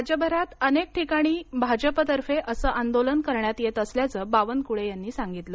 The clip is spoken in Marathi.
राज्यभरात अनेक ठिकाणी भाजपतर्फे असं आंदोलन करण्यात येत असल्याचं बावनकुळे यांनी सांगितलं